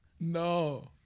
no